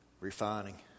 refining